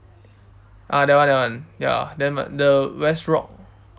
ah that one that one ya then the west rock